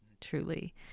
truly